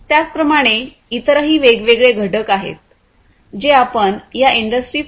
त्याचप्रमाणे इतरही वेगवेगळे घटक आहेत जे आपण या इंडस्ट्री 4